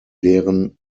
deren